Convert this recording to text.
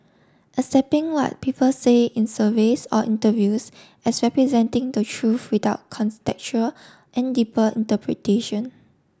accepting what people say in surveys or interviews as representing the truth without contextual and deeper interpretation